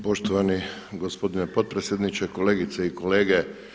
Poštovani gospodine potpredsjedniče, kolegice i kolege.